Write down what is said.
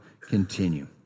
continue